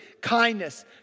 kindness